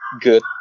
good